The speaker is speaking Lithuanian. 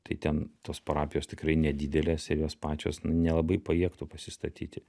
tai ten tos parapijos tikrai nedidelės ir jos pačios na nelabai pajėgtų pasistatyti